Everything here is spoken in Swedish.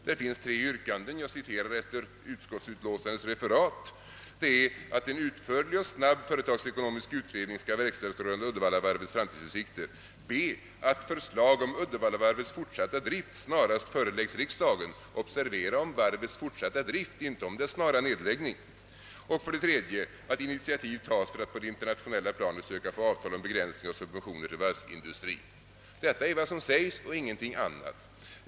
Där finns tre yrkanden — jag citerar efter referatet i utskottsutlåtandet: »a) att en utförlig och snabb företagsekonomisk utredning verkställs rörande Uddevallavarvets framtidsutsikter, b) att förslag om Uddevallavarvets fortsatta drift snarast föreläggs riksdagen» — observera: om varvets fortsatta drift, inte om dess snara nedläggande — »och c) att initiativ tas för att på det internationella planet söka få avtal om begränsning av subventioner till varvsindustrien.» Detta är vad som sägs och ingenting annat.